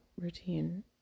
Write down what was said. routine